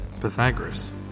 Pythagoras